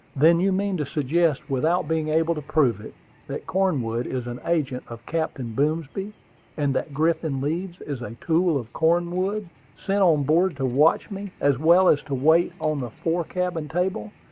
then you mean to suggest without being able to prove it that cornwood is an agent of captain boomsby and that griffin leeds is a tool of cornwood, sent on board to watch me, as well as to wait on the fore-cabin table,